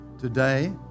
today